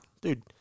dude